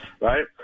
Right